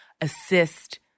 assist